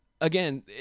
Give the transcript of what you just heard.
Again